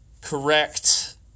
correct